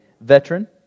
veteran